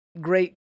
great